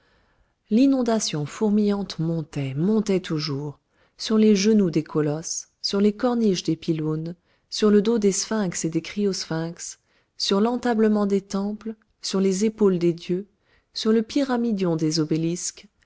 l'inondation fourmillante montait montait toujours sur les genoux des colosses sur les corniches des pylônes sur le dos des sphinx et des criosphinx sur l'entablement des temples sur les épaules des dieux sur les pyramidions des obélisques